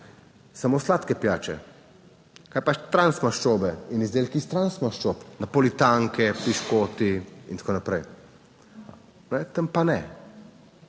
samo sladke pijače. Kaj pa transmaščobe in izdelki iz transmaščob, napolitanke, piškoti in tako naprej - tam pa ne.